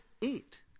eat